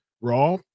Raw